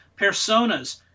personas